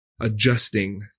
adjusting